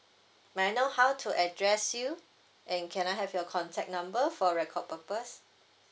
may I know how to address you and can I have your contact number for record purpose